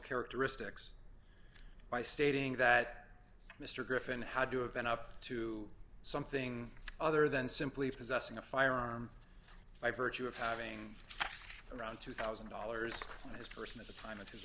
characteristics by stating that mr griffin how do you have been up to something other than simply possessing a firearm by virtue of having around two thousand dollars just person at the time